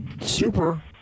Super